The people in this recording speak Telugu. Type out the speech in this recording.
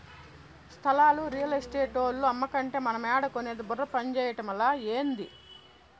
స్థలాలు రియల్ ఎస్టేటోల్లు అమ్మకంటే మనమేడ కొనేది బుర్ర పంజేయటమలా, ఏంది